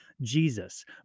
Jesus